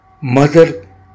mother